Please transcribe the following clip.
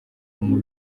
muri